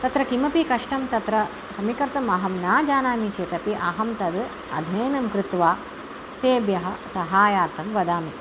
तत्र किमपि कष्टं तत्र समीकर्तुम् अहं न जानामि चेत् अपि अहं तद् अध्ययनं कृत्वा तेभ्यः सहायार्थं वदामि